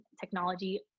technology